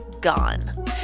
gone